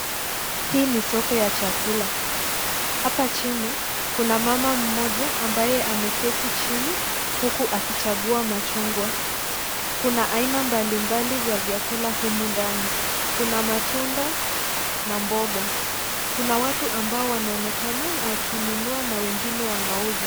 Hii ni soko ya chakula hapa chini kuna mama mmoja ambaye ameketi chini huku akichagua machungwa, kuna aina mbalimbali za vyakula humu ndani kuna matunda na mboga, kuna watu ambao wanaonekana wakinunua na wengine wanauza.